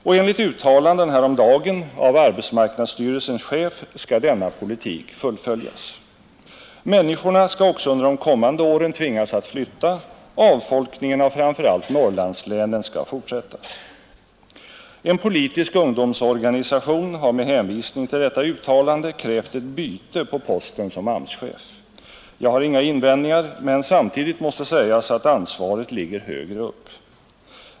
Och enligt uttalanden häromdagen av arbetsmarknadsstyrelsens chef skall denna politik fullföljas. Människorna skall också under de kommande åren tvingas att flytta, avfolkningen av framför allt Norrlandslänen skall fortsättas. En politisk ungdomsorganisation har med hänvisning till detta uttalande krävt ett byte på posten som AMS-chef. Jag har inga invändningar, men samtidigt måste sägas att ansvaret ligger högre upp.